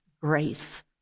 grace